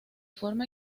forma